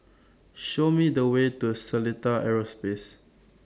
Show Me The Way to Seletar Aerospace